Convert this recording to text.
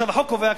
החוק קובע,